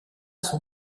son